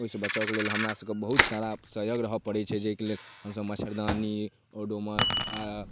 ओहिसँ बचावके लेल हमरासभके बहुत सारा सजग रहऽ पड़ै छै जाहिके लेल हमसभ मच्छरदानी ओडोमॉस आओर